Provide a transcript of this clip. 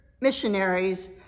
missionaries